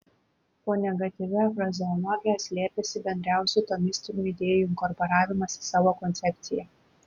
po negatyvia frazeologija slėpėsi bendriausių tomistinių idėjų inkorporavimas į savo koncepciją